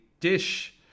Dish